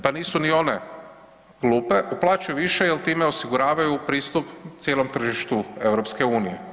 Pa nisu ni one glupe, uplaćuju više jer time osiguravaju pristup cijelom tržištu EU.